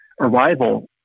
arrival